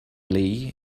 lee